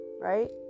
right